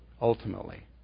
ultimately